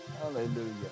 Hallelujah